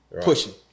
pushing